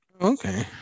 okay